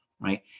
Right